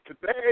today